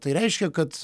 tai reiškia kad